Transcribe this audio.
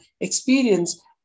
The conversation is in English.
experience